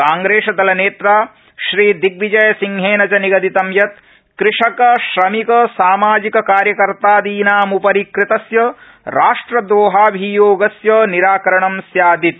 कांग्रेसदलनेत्रा श्री दिग्विजसिंहेन च निगदितं यत् कृषक श्रमिक सामाजिक कार्यकर्तादीनाम्परि कृतस्य राष्ट्रद्रोहाभियोगस्य निराकरणं स्यादिति